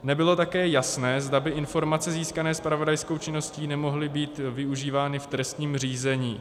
Nebylo také jasné, zda by informace získané zpravodajskou činností nemohly být využívány v trestním řízení.